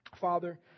Father